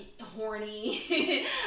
horny